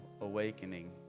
awakening